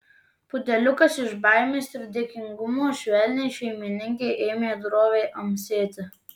pudeliukas iš baimės ir dėkingumo švelniai šeimininkei ėmė droviai amsėti